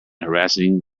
harassing